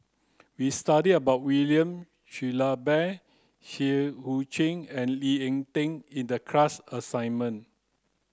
we studied about William Shellabear Seah Eu Chin and Lee Ek Tieng in the class assignment